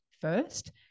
first